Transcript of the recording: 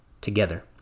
together